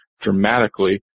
dramatically